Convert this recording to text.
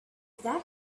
that